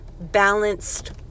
balanced